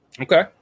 Okay